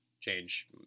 change